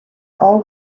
all